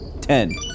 Ten